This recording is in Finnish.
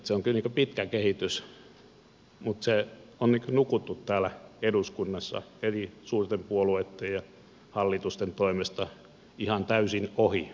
se on kyllä pitkä kehitys mutta se on nukuttu täällä eduskunnassa eri suurten puolueitten ja hallitusten toimesta ihan täysin ohi ajan